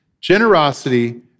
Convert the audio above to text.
generosity